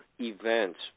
Events